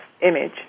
image